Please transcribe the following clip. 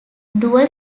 dual